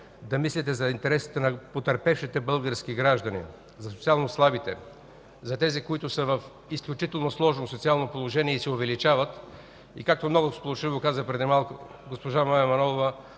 да мислите за интересите на потърпевшите български граждани, за социално слабите, за тези, които са в изключително сложно социално положение и се увеличават, и както много сполучливо каза преди малко госпожа Манолова